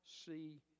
see